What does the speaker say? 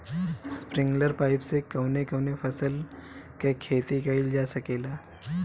Sprinkler pipe से कवने कवने फसल क खेती कइल जा सकेला?